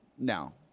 No